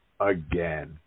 again